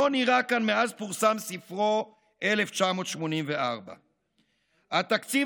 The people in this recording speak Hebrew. לא נראה כאן מאז פורסם ספרו 1984. התקציב